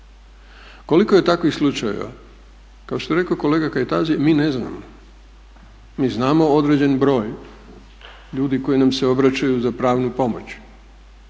Koliko je takvih slučajeva. Kao što je rekao kolega Kajtazi mi ne znamo. Mi znamo određen broj ljudi koji nam se obraćaju za pravnu pomoć.